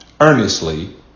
earnestly